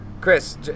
Chris